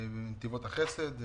נתיבות החסד.